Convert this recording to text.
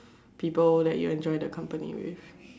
people that you enjoy the company with